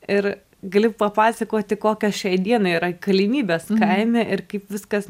ir galiu papasakoti kokios šiai dienai yra galimybės kaime ir kaip viskas